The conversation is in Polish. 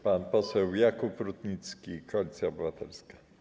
Pan poseł Jakub Rutnicki, Koalicja Obywatelska.